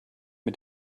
mit